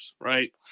right